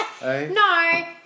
No